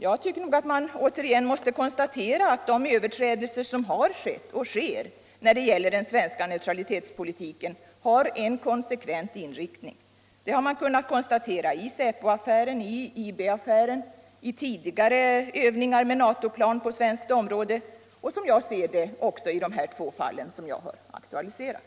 Man måste återigen konstatera att de överträdelser som har skett och sker när det gäller den svenska neutralitetspolitiken har en konsekvent inriktning. Detta konstaterande har man kunnat göra i säpoaffären, i JB-affären, i fråga om tidigare övningar med NATO-plan på svenskt område och enligt min mening i de två fall som jag nu har aktualiserat.